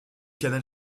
canal